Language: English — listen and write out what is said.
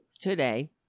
today